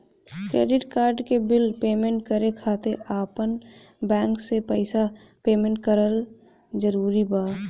Credit card के bill payment करे खातिर आपन बैंक से पईसा पेमेंट करल जरूरी बा?